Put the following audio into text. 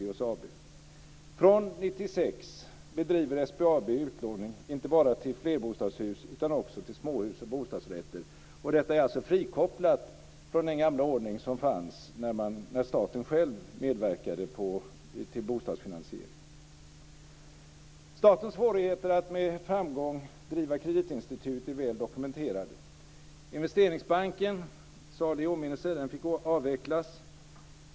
Från 1996 bedriver SBAB utlåning inte bara till flerbostadshus utan också till småhus och bostadsrätter, och detta är alltså frikopplat från den gamla ordning som fanns när staten själv medverkade till bostadsfinansiering. Statens svårigheter att med framgång driva kreditinstitut är väl dokumenterade. Investeringsbanken, i salig åminnelse, fick avvecklas.